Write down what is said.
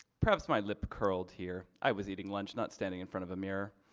perhaps my lip curled here i was eating lunch not standing in front of a mirror.